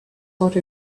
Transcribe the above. thought